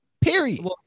Period